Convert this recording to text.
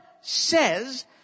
says